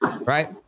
right